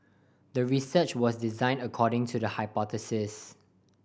the research was designed according to the hypothesis